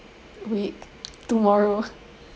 week tomorrow